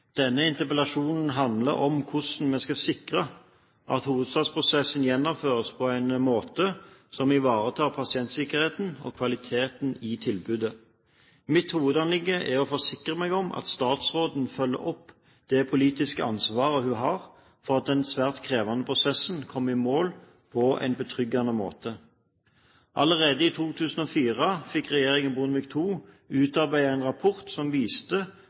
Denne interpellasjonen handler om hvordan vi skal sikre at hovedstadsprosessen gjennomføres på en måte som ivaretar pasientsikkerheten og kvaliteten på tilbudet. Mitt hovedanliggende er å forsikre meg om at statsråden følger opp det politiske ansvaret hun har, for at den svært krevende prosessen kommer i mål på en betryggende måte. Allerede i 2004 fikk regjeringen Bondevik II utarbeidet en rapport som viste